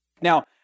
Now